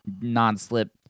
non-slip